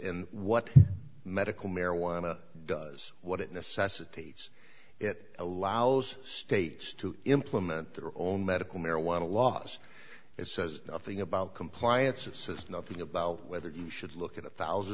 and what medical marijuana does what it necessitates it allows states to implement their own medical marijuana laws it says nothing about compliance it says nothing about whether you should look at a thousand